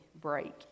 break